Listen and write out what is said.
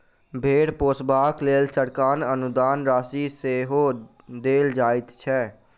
भेंड़ पोसबाक लेल सरकार अनुदान राशि सेहो देल जाइत छै